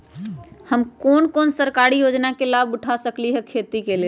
हम कोन कोन सरकारी योजना के लाभ उठा सकली ह खेती के लेल?